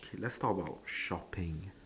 k let's talk about shopping